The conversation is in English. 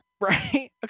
Right